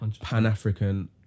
pan-african